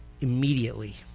immediately